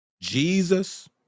Jesus